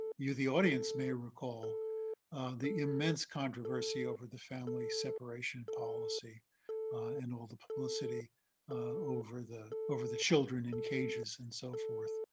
you, the audience, may recall the immense controversy over the family separation policy and all the publicity over the over the children in cages and so forth.